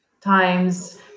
times